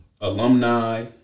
alumni